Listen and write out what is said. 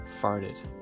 farted